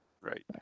Right